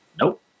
nope